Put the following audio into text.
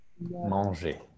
manger